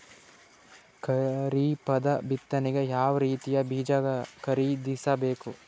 ಖರೀಪದ ಬಿತ್ತನೆಗೆ ಯಾವ್ ರೀತಿಯ ಬೀಜ ಖರೀದಿಸ ಬೇಕು?